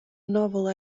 novel